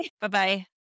Bye-bye